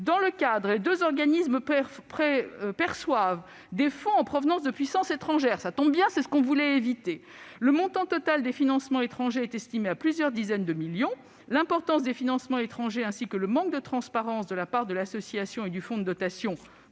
Dans ce cadre, les deux organismes perçoivent des fonds en provenance de puissances étrangères- cela tombe bien, c'est ce que l'on voulait éviter ! Le montant total des financements étrangers est estimé à plusieurs dizaines de millions d'euros. L'importance des financements étrangers, ainsi que le manque de transparence de la part de l'association et du fonds de dotation,